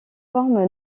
forme